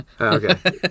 Okay